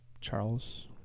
Charles